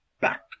back